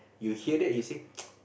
you hear that you say